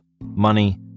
money